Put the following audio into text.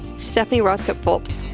stephanie raskot phillips.